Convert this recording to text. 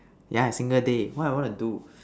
yeah single day what I want to do